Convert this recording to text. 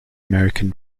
american